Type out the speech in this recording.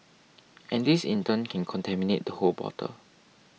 and this in turn can contaminate the whole bottle